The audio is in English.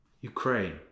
Ukraine